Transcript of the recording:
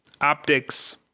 optics